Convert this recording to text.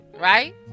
right